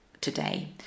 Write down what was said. today